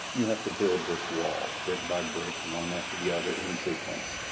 you have to build this wall brick by brick, one after the other in sequence.